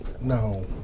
no